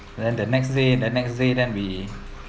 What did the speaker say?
then the next day the next day then we